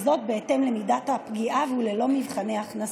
וזאת בהתאם למידת הפגיעה וללא מבחני הכנסה.